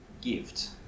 gift